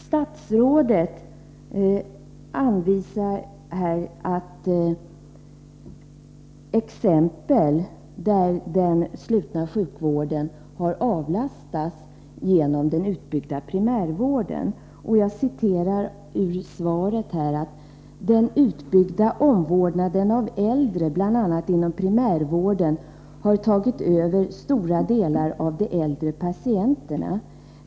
Statsrådet anvisar exempel där den slutna sjukvården har avlastats genom den utbyggda primärvården, och jag citerar ur svaret: ”Den utbyggda omvårdnaden av äldre, bl.a. inom primärvården, har tagit över en stor andel av de äldre patienterna.